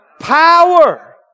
power